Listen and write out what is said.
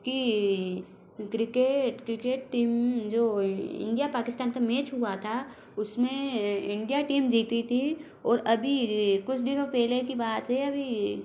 कि cricket cricket team जो India Pakistan का मेच हुआ था उस में इंडिया टीम जीती थी और अभी कुछ दिनों पेहले की बात है अभी